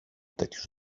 τέτοιους